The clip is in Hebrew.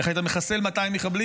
איך היית מחסל 200 מחבלים?